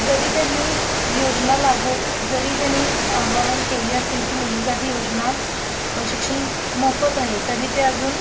जरी त्यांनी योजना लागू जरी त्यांनी आवाहन केले असेल की मुलींसाठी योजना शिक्षण मोफत आहे तरी ते अजून